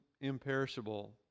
imperishable